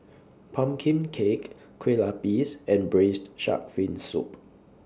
Pumpkin Cake Kue Lupis and Braised Shark Fin Soup